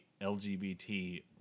LGBT